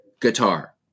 guitar